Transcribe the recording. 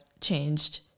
changed